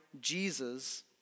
Jesus